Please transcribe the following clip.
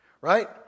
right